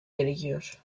gerekiyor